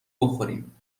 بخوریم